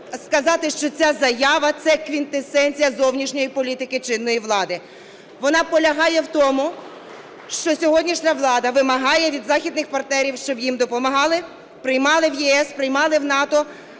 що ця заява – це квінтесенція зовнішньої політики чинної влади. Вона полягає в тому, що сьогоднішня влада вимагає від західних партнерів, щоб їм допомагали, приймали в ЄС, приймали в НАТО,